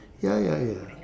ya ya ya